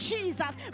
Jesus